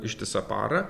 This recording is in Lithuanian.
ištisą parą